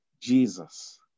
Jesus